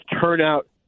turnout